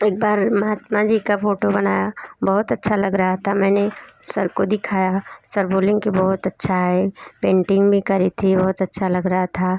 एक बार महात्मा जी का फोटो बनाया बहुत अच्छा लग रहा था मैंने सर को दिखाया सर बोले कि बहुत अच्छा है पेंटिंग भी करी थी बहुत अच्छा लग रहा था